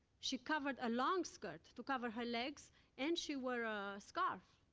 she covered a long skirt to cover her legs and she wore a scarf.